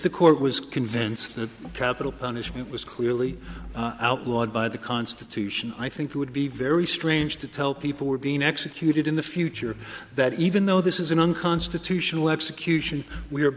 the court was convinced that capital punishment was clearly outlawed by the constitute i think it would be very strange to tell people were being executed in the future that even though this is an unconstitutional execution we're